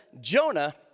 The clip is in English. Jonah